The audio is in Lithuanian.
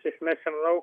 išmesim lauk